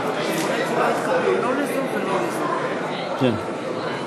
לשנת התקציב 2015, בדבר הפחתת תקציב לא נתקבלו.